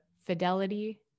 Fidelity